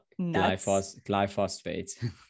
glyphosate